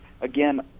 again